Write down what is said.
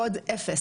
קוד 0,